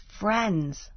friends